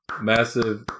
massive